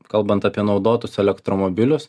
kalbant apie naudotus elektromobilius